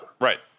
Right